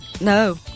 No